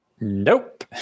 Nope